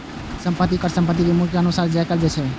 संपत्ति कर संपत्तिक मूल्यक अनुसार चुकाएल जाए छै